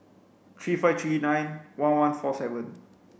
three five three nine one one four seven